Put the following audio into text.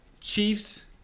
Chiefs